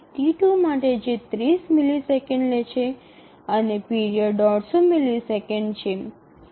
T2 માટે જે ૩0 millisecond લે છે અને પીરિયડ 150 મિલિસેકન્ડ છે